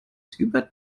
über